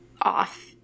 off